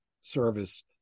service